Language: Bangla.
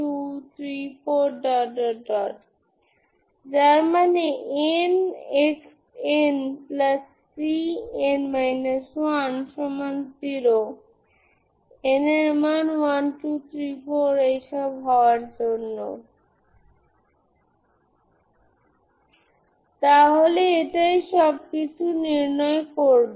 সুতরাং ডিটারমিন্যান্ট মানে eμa eμbe μa e μb1 1 1 1 eμa eμbe μa e μb2≠0 প্রত্যেক μ পজিটিভের জন্য এটি কখনই 0 হয় না আপনি সহজেই দেখতে পারেন